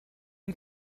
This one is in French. une